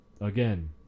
Again